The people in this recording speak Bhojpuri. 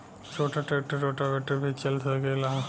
छोटा ट्रेक्टर रोटावेटर भी चला सकेला?